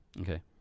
Okay